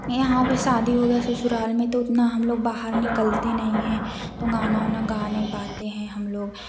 यहाँ पर शादी हो गया ससुराल में तो उतना हम लोग बाहर निकलते नहीं हैं तो गाना उना गा नही पाते हैं हम लोग